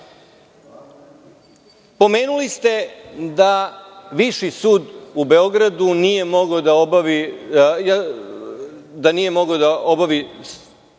pomenuli ste da Viši sud u Beogradu nije mogao da obavi